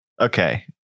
Okay